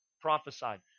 prophesied